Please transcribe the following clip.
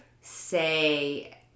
say